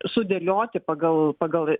sudėlioti pagal pagal